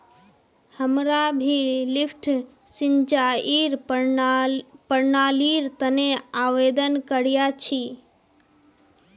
हमरा भी लिफ्ट सिंचाईर प्रणालीर तने आवेदन करिया छि